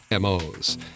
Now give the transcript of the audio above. MOs